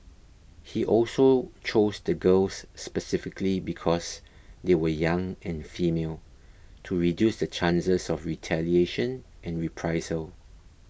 he also chose the girls specifically because they were young and female to reduce the chances of retaliation and reprisal